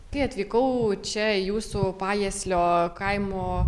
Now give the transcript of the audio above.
kai atvykau čia į jūsų pajieslio kaimo